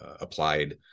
applied